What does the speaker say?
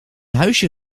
huisje